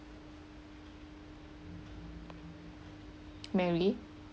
mary